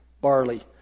barley